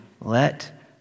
let